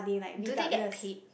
do they get paid